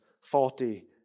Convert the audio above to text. faulty